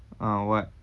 ah what